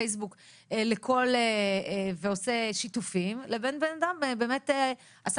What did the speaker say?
בקבוצת פייסבוק ועושה שיתופים לבין בן אדם שבאמת עשה